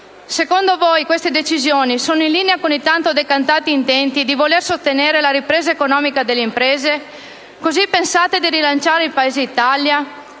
Secondo voi, queste decisioni sono in linea con i tanto decantati intenti di voler sostenere la ripresa economica delle imprese? Così pensate di rilanciare il Paese Italia?